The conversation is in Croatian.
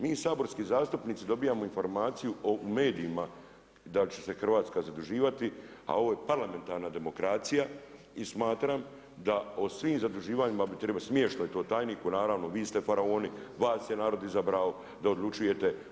Mi saborski zastupnici dobivamo informaciju o u medijima da li će se Hrvatska zaduživati a ovo je parlamentarna demokracija i smatram da o svim zaduživanjima bi trebalo, smješno je to tajniku naravno, vi ste faraoni, vas je narod izabrao da odlučujete.